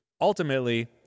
ultimately